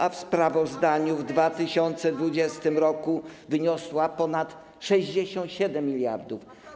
a w sprawozdaniu w 2020 r. wyniosła ponad 67 mld.